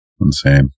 Insane